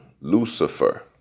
Lucifer